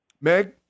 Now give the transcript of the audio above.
Meg